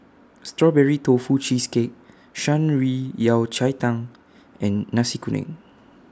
Strawberry Tofu Cheesecake Shan Rui Yao Cai Tang and Nasi Kuning